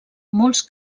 molts